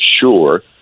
sure